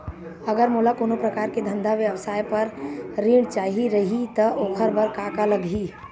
अगर मोला कोनो प्रकार के धंधा व्यवसाय पर ऋण चाही रहि त ओखर बर का का लगही?